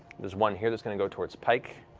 there's one here that's going to go toward pike.